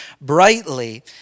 brightly